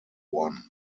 one